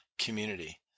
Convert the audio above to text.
Community